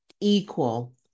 equal